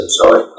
sorry